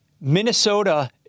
Minnesota